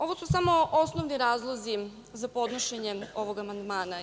Ovo su samo osnovni razlozi za podnošenje ovog amandmana.